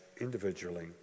individually